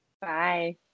Bye